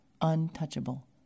untouchable